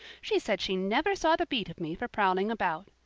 she said she never saw the beat of me for prowling about.